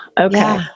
Okay